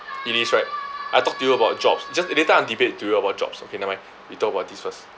it is right I talk to you about jobs just later I want debate to you about jobs okay never mind we talk about this first